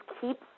keep